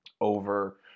over